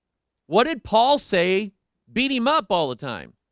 what did paul say beat him up all the time